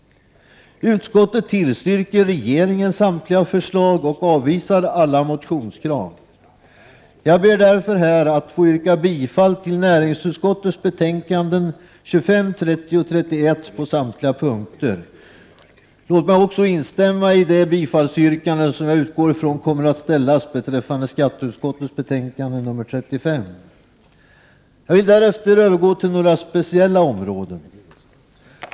Utskottet tillstyrker regeringens samtliga förslag och avvisar alla motionskrav. Jag ber därför här att få yrka bifall till hemställan i näringsutskottets betänkanden 25, 30 och 31 på samtliga punkter. Låt mig också instämma i de bifallsyrkanden, som jag utgår ifrån kommer att ställas beträffande hemställan i skatteutskottets betänkande nr 35. Jag vill härefter övergå till några speciella områden.